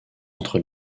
entre